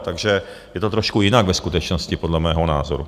Takže je to trošku jinak ve skutečnosti podle mého názoru.